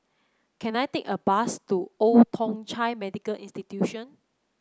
can I take a bus to Old Thong Chai Medical Institution